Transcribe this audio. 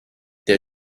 der